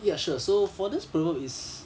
ya sure so for this below is